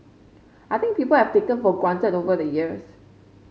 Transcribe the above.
I think people have taken for granted over the years